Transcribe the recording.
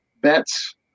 bets